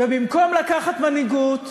ובמקום לקחת מנהיגות,